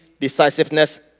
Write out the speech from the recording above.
decisiveness